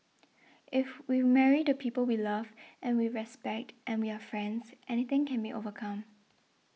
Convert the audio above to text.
if we marry the people we love and we respect and we are friends anything can be overcome